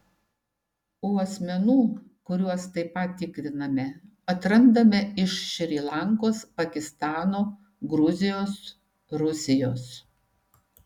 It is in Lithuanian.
o asmenų kuriuos taip pat tikriname atrandame iš šri lankos pakistano gruzijos rusijos